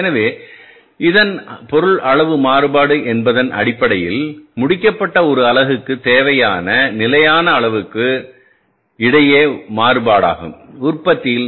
எனவே இதன் பொருள் அளவு மாறுபாடு என்பது அடிப்படையில் முடிக்கப்பட்ட1 அலகுக்குத் தேவையான நிலையான அளவுகளுக்கு இடையிலான மாறுபாடாகும் உற்பத்தியின்